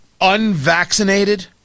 unvaccinated